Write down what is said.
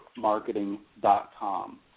marketing.com